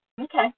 Okay